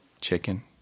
chicken